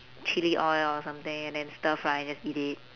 chili oil or something and then stir-fry and just eat it